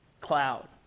cloud